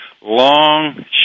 long